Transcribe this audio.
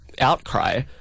outcry